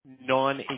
non